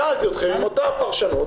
שאלתי אתכם אם אותה הפרשנות